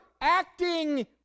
acting